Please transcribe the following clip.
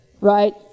Right